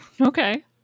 Okay